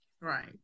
right